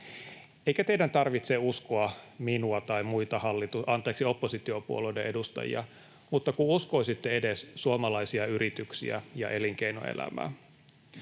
Eikä teidän tarvitse uskoa minua tai muita oppositiopuolueiden edustajia, mutta uskoisitte edes suomalaisia yrityksiä ja elinkeinoelämää.